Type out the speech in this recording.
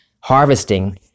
harvesting